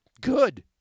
good